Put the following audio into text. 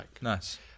Nice